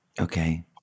Okay